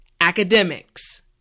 academics